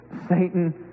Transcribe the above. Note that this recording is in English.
Satan